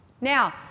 Now